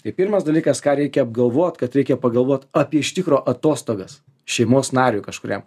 tai pirmas dalykas ką reikia apgalvot kad reikia pagalvot apie iš tikro atostogas šeimos nariui kažkuriam